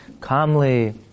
calmly